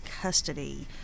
custody